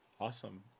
Awesome